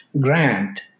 grant